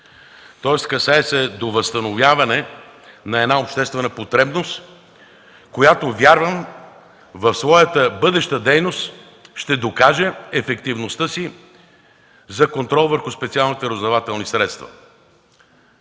Касае се до възстановяване на една обществена потребност, която, вярвам, в своята бъдеща дейност, ще докаже ефективността си за контрол върху специалните разузнавателни средства.